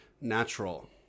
natural